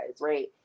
right